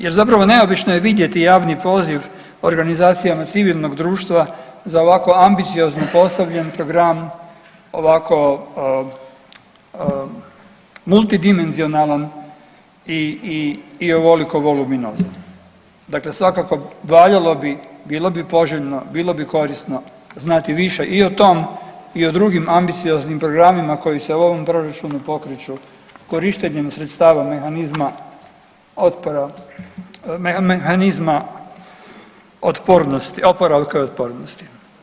Jer zapravo neobično je vidjeti javni poziv organizacijama civilnog društva za ovako ambiciozno postavljen program ovako multidimenzionalan i ovoliko golubinozan, dakle svakako valjalo bi, bilo bi poželjno, bilo bi korisno znati više i o tom i o drugim ambicioznim programima koji se u ovom proračunu pokreću korištenjem sredstava mehanizma otpora, mehanizma otpornosti, oporavka i otpornosti.